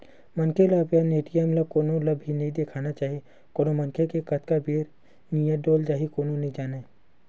मनखे ल अपन ए.टी.एम ल कोनो ल भी नइ देना चाही कोन मनखे के कतका बेर नियत डोल जाही कोनो नइ जानय